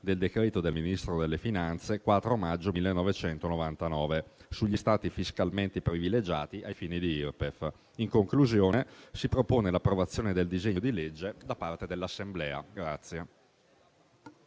del decreto del Ministro delle finanze del 4 maggio 1999 sugli Stati fiscalmente privilegiati ai fini IRPEF. In conclusione, si propone l'approvazione del disegno di legge da parte dell'Assemblea.